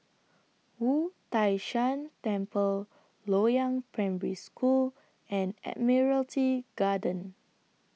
Wu Tai Shan Temple Loyang Primary School and Admiralty Garden